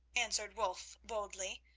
answered wulf boldly.